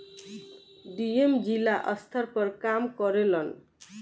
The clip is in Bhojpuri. डी.एम जिला स्तर पर काम करेलन